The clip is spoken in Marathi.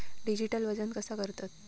डिजिटल वजन कसा करतत?